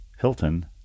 Hilton